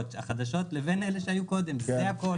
החדשות לבין אלה שהיו קודם זה הכול.